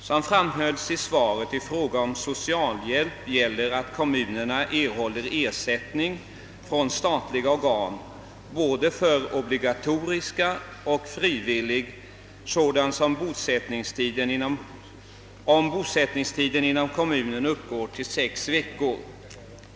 Som framhölls i svaret, erhåller kommunerna ersättning från statliga organ både för obligatorisk och frivillig socialhjälp om socialhjälpstagarens bosättningstid inom kommunen uppgår till sex veckor.